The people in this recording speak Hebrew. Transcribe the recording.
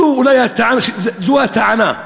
זו הטענה,